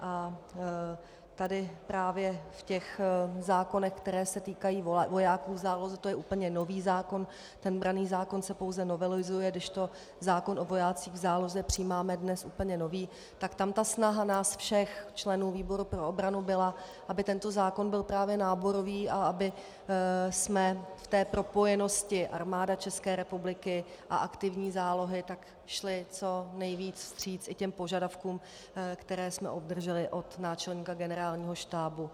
A tady právě v těch zákonech, které se týkají vojáků v záloze, to je úplně nový zákon, ten branný zákon se pouze novelizuje, kdežto zákon o vojácích v záloze přijímáme dnes úplně nový, tak tam snaha nás všech členů výboru pro obranu byla, aby tento zákon byl právě náborový a abychom v té propojenosti Armáda České republiky a aktivní zálohy šli co nejvíc vstříc těm požadavkům, které jsme obdrželi od náčelníka Generálního štábu.